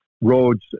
roads